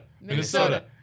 Minnesota